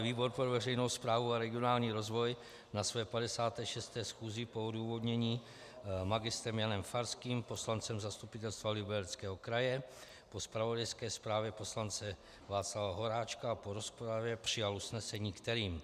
Výbor pro veřejnou správu a regionální rozvoj na své 56. schůzi po odůvodnění Mgr. Janem Farským, poslancem Zastupitelstva Libereckého kraje, po zpravodajské zprávě poslance Václava Horáčka a po rozpravě přijal usnesení, kterým